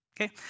Okay